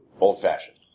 old-fashioned